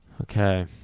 Okay